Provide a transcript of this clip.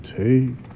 take